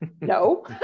No